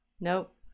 nope